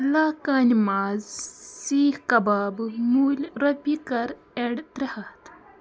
لاکانہِ ماز سیٖکھ کباب مٔلۍ رۄپیہِ کَر ایڈ ترٛےٛ ہتھ